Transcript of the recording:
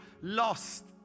lost